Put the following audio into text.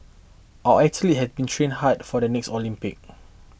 our athletes have been training hard for the next Olympic